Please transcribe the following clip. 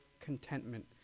contentment